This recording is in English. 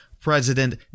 president